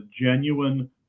genuine